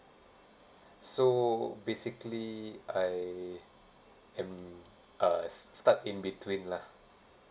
so basically I am uh stuck in between lah